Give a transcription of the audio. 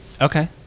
okay